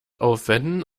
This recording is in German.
aufwenden